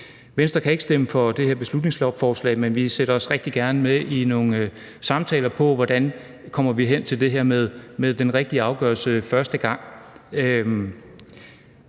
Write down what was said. Venstre kan ikke stemme for det her beslutningsforslag, men vi deltager rigtig gerne i nogle samtaler om, hvordan vi kommer hen til det her med den rigtige afgørelse første gang.